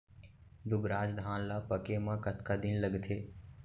दुबराज धान ला पके मा कतका दिन लगथे?